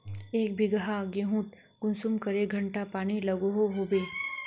एक बिगहा गेँहूत कुंसम करे घंटा पानी लागोहो होबे?